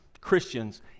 Christians